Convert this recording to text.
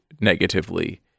negatively